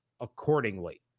accordingly